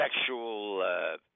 sexual